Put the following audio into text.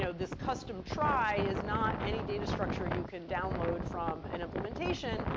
so this custom trie is not any data structure you can download from an implementation.